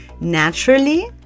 naturally